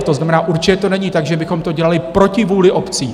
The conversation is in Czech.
To znamená, že určitě to není tak, že bychom to dělali proti vůli obcí.